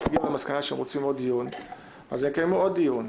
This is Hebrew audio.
אם הם יגיעו למסקנה שהם רוצים עוד דיון אז הם יקיימו עוד דיון.